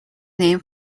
name